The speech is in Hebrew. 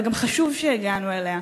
אבל גם חשוב שהגענו אליה.